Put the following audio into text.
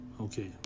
Okay